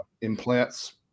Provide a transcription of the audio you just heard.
implants